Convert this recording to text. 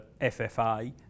FFA